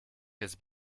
has